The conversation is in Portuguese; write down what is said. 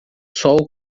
sol